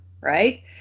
right